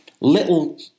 Little